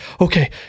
okay